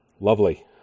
lovely